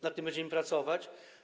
Nad tym będziemy pracować.